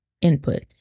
input